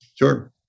Sure